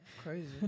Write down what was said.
Crazy